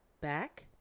back